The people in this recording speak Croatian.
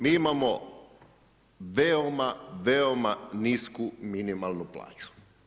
Mi imamo veoma, veoma nisku minimalnu plaću.